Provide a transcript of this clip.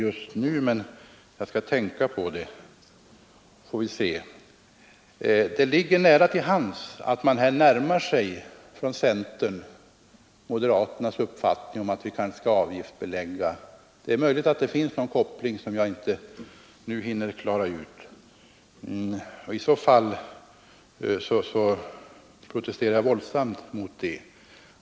Det ligger nära till hands att tro att centern här närmar sig moderaternas uppfattning om avgiftsbeläggning — det är möjligt att det finns en koppling här som jag inte nu hinner klara ut — och i så fall protesterar jag våldsamt.